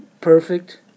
perfect